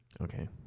Okay